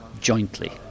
jointly